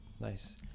Nice